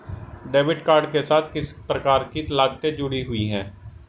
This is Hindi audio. डेबिट कार्ड के साथ किस प्रकार की लागतें जुड़ी हुई हैं?